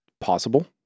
possible